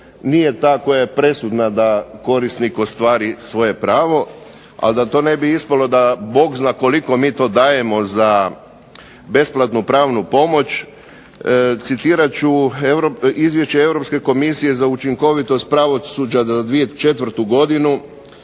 nije ta koja je presudna da korisnik ostvari svoje pravo. A da to ne bi ispalo da Bog zna koliko mi to dajemo za besplatnu pravnu pomoć, citirat ću Izvješće Europske komisije za učinkovitost pravosuđa za 2004. godinu: